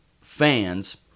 fans